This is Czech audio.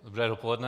Dobré dopoledne.